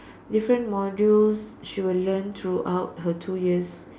different modules she will learn throughout her two years